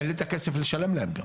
אין לי את הכסף לשלם להם.